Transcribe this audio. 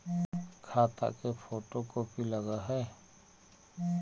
खाता के photocopy लगहै?